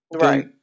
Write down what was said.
right